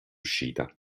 uscita